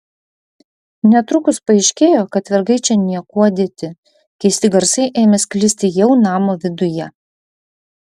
netrukus paaiškėjo kad vergai čia niekuo dėti keisti garsai ėmė sklisti jau namo viduje